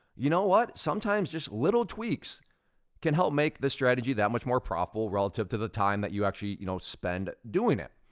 you know what? sometimes just little tweaks can help make the strategy that much more profitable, relative to the time that you actually you know spend doing it.